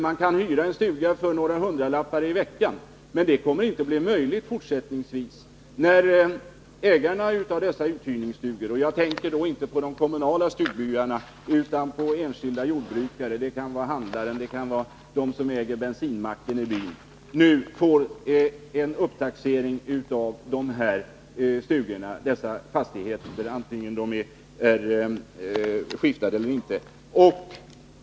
Man kan hyra en stuga för några hundralappar i veckan, men det kommer inte att bli möjligt fortsättningsvis, om ägarna av dessa stugor — jag tänker då inte på de kommunala stugbyarna utan på enskilda ägare: jordbrukare, handlande eller den som äger bensinmacken i byn — får en orimlig upptaxering av dessa fastigheter, vare sig de är skiftade eller inte.